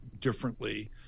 differently